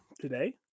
Today